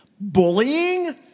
bullying